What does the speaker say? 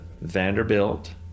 Vanderbilt